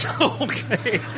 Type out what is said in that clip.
Okay